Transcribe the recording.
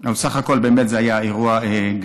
אבל בסך הכול, באמת, זה היה אירוע גדול.